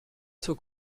zur